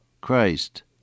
Christ